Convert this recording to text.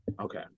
Okay